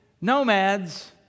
nomads